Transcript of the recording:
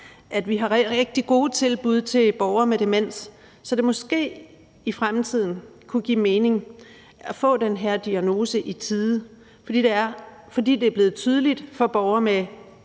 at vi har rigtig gode tilbud til borgere med demens, så det måske i fremtiden kunne give mening at få den her diagnose i tide, fordi det er blevet tydeligt for borgere med